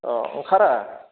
अ ओंखारा